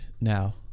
now